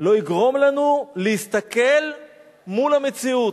לא יגרום לנו להסתכל מול המציאות.